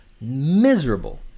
miserable